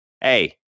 hey